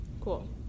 cool